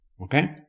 Okay